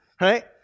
right